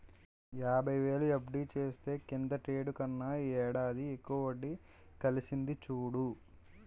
యాబైవేలు ఎఫ్.డి చేస్తే కిందటేడు కన్నా ఈ ఏడాది ఎక్కువ వడ్డి కలిసింది చూడు